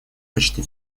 почти